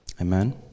Amen